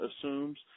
assumes